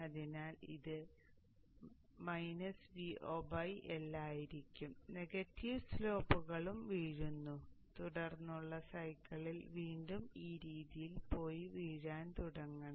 അതിനാൽ ഇത് VoL ആയിരിക്കും നെഗറ്റീവ് സ്ലോപ്പുകളും വീഴുന്നു തുടർന്നുള്ള സൈക്കിളിൽ വീണ്ടും ഈ രീതിയിൽ പോയി വീഴാൻ തുടങ്ങണം